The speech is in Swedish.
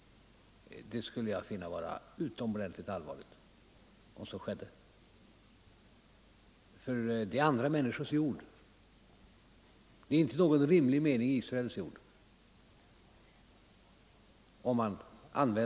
Jag skulle finna det utomordentligt allvarligt om Israel använde sitt militära övertag till en sådan kolonisering. Det är andra människors jord. Det är inte i någon rimlig mening Israels jord.